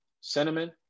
cinnamon